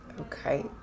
Okay